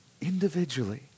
Individually